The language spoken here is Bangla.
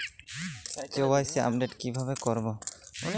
কে.ওয়াই.সি আপডেট কিভাবে করবো?